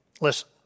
Listen